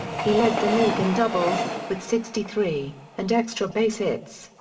he led the league in doubles, with sixty three, and extra base hits.